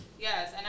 Yes